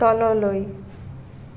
তললৈ